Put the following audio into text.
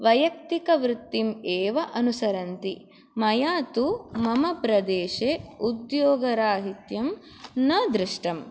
वैयक्तिकवृत्तिम् एव अनुसरन्ति मया तु मम प्रदेशे उद्योगराहित्यं न दृष्टम्